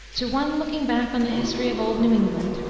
to one looking back on the history of old new england,